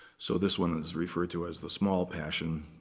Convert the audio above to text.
so this one is referred to as the small passion.